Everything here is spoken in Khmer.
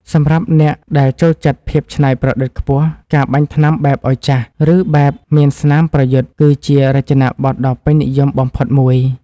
សម្រាប់អ្នកដែលចូលចិត្តភាពច្នៃប្រឌិតខ្ពស់ការបាញ់ថ្នាំបែបឱ្យចាស់ ឬបែបមានស្នាមប្រយុទ្ធគឺជារចនាបថដ៏ពេញនិយមបំផុតមួយ។